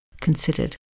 considered